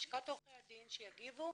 הזמנו את לשכת עורכי הדין שיגיבו,